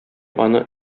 аны